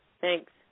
Thanks